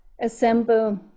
assemble